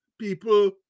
people